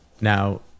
Now